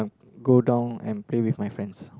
go down and play with my friends